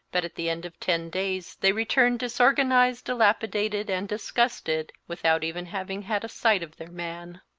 but at the end of ten days they returned, disorganized, dilapidated, and disgusted, without even having had a sight of their man.